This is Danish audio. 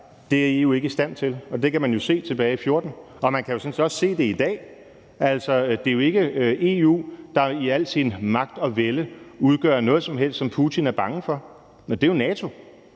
det er EU ikke i stand til. Det kan man jo se tilbage i 2014, og man kan jo sådan set også se det i dag. Altså, det er jo ikke EU, der i al sin magt og vælde udgør noget som helst, som Putin er bange for, det er jo NATO.